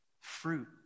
fruit